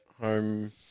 home